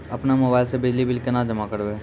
अपनो मोबाइल से बिजली बिल केना जमा करभै?